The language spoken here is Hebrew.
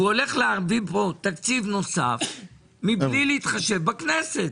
והוא הולך להעביר פה תקציב נוסף מבלי להתחשב בכנסת.